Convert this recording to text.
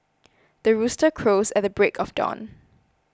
the rooster crows at the break of dawn